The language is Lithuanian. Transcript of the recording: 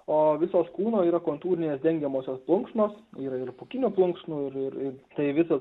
o visos kūno yra kontūrinės dengiamosios plunksnos yra ir pūkinių plunksnų ir tai visa